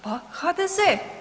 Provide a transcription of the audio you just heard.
Pa HDZ.